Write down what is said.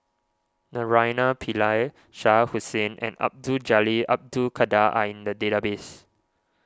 Naraina Pillai Shah Hussain and Abdul Jalil Abdul Kadir are in the database